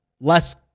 less